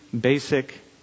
basic